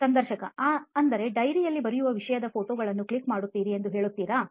ಸಂದರ್ಶಕಅಂದರೆ diary ಯಲ್ಲಿ ಬರೆಯುವ ವಿಷಯದ ಫೋಟೋಗಳನ್ನು ಕ್ಲಿಕ್ ಮಾಡುತ್ತೀರಿ ಎಂದು ಹೇಳುತ್ತೀರಾ